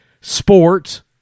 Sports